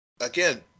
again